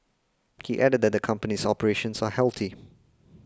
he added that the company's operations are healthy